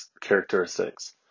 characteristics